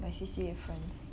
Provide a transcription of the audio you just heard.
my C_C_A friends